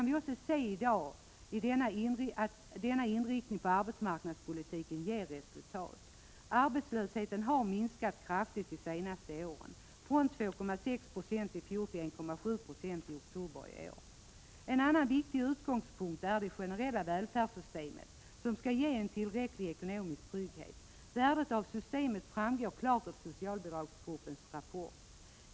Vi kan i dag se att denna inriktning av arbetsmarknadspolitiken ger resultat. Arbetslösheten har minskat kraftigt det senaste året — från 2,6 70 i fjol till 1,7 26 i oktober i år. En annan viktig utgångspunkt är det generella välfärdssystem som skall ge tillräcklig ekonomisk trygghet. Värdet av systemet framgår klart av socialbidragsgruppens rapport.